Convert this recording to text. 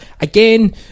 again